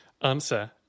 answer